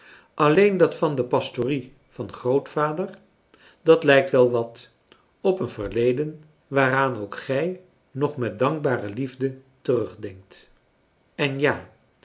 alleen dat van de pastorie van grootvader dat lijkt wel wat op een verleden waaraan ook gij nog met dankbare liefde terugdenkt en ja